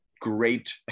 great